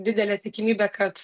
didelė tikimybė kad